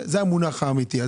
זה המונח האמיתי.